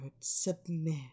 submit